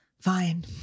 fine